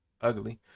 ugly